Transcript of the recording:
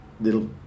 little